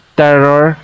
terror